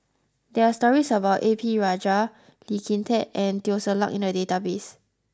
there are stories about A P Rajah Lee Kin Tat and Teo Ser Luck in the database